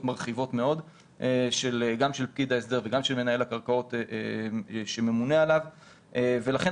מרחיבות מאוד גם של פקיד ההסדר וגם של מנהל הקרקעות שממונה עליו ולכן